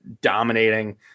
dominating